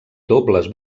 dobles